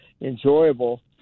enjoyable